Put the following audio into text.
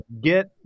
get